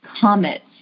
comets